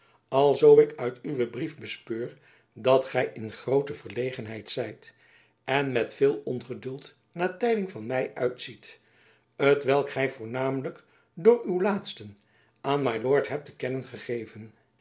alzoo ik uit uwen brief bespeur dat gy in groote verlegenheid zijt en met veel ongeduld naar tijding van my uitziet t welk gy voornamelijk door uw laatsten aan my lord hebt te kennen gegeven